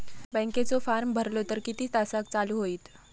बँकेचो फार्म भरलो तर किती तासाक चालू होईत?